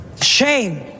shame